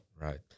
Right